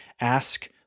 ask